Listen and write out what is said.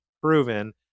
proven